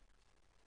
נסגרים.